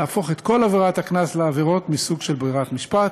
ולהפוך את כל עבירות הקנס לעבירות מסוג של ברירת משפט,